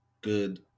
good